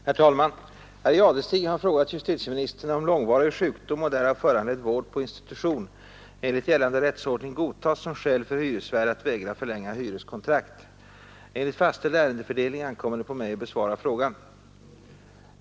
Herr talman! Herr Jadestig har frågat justitieministern, om långvarig sjukdom och därav föranledd vård på institution enligt gällande rättsordning godtas som skäl för hyresvärd att vägra förlänga hyreskontrakt. hyresvärd att vägra förlänga hyreskon Enligt fastställd ärendefördelning ankommer det på mig att besvara frågan.